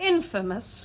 Infamous